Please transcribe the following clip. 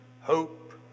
hope